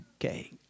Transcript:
okay